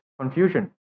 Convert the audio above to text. confusion